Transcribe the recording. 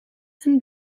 and